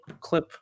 clip